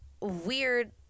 weird